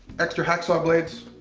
extra hacksaw blades.